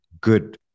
good